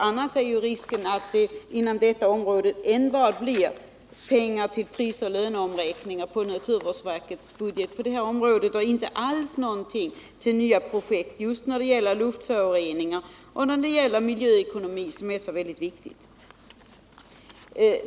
Annars är risken att det inom detta område enbart blir pengar till prisoch löneomräkning i naturvårdsverkets budget på det här området, och inte någonting alls till nya projekt när det gäller luftföroreningar och miljöekonomi, som är så viktiga.